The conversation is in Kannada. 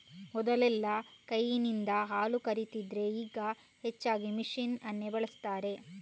ಮೊದಲೆಲ್ಲಾ ಕೈನಿಂದ ಹಾಲು ಕರೀತಿದ್ರೆ ಈಗ ಹೆಚ್ಚಾಗಿ ಮೆಷಿನ್ ಅನ್ನೇ ಬಳಸ್ತಾರೆ